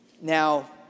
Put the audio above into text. Now